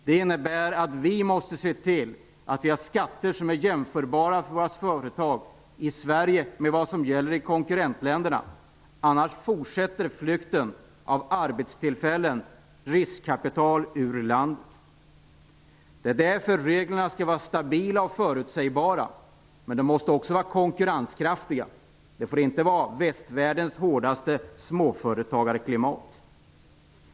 Det innebär att vi måste se till att vi har skatter för företag i Sverige som är jämförbara med vad som gäller i konkurrentländerna, för annars fortsätter flykten ur landet när det gäller arbetstillfällen och riskkapital. Det är därför reglerna skall vara stabila och förutsägbara. Men de måste också vara konkurrenskraftiga. Det får inte vara så att vi har västvärldens hårdaste småföretagarklimat.